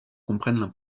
comprennent